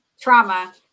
trauma